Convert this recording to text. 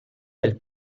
del